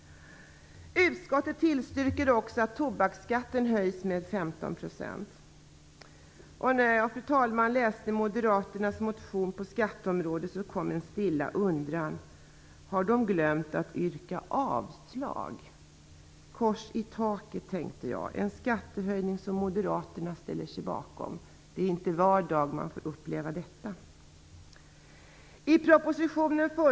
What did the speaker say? Utskottet tillstyrker också att tobaksskatten höjs med 15 %. När jag läste moderaternas motion på skatteområdet, så kom en stilla undran. Har de glömt att yrka avslag, kors i taket, tänkte jag, en skattehöjning som moderaterna ställer sig bakom - det är inte var dag man får uppleva detta.